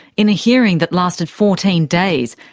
in a hearing that lasted fourteen days,